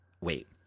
wait